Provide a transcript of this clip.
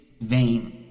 vain